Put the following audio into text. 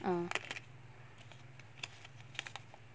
uh